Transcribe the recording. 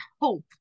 hope